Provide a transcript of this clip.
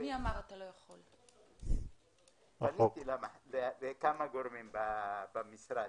פניתי לכמה גורמים במשרד,